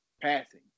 passing